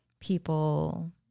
people